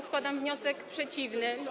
Składam wniosek przeciwny.